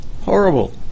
horrible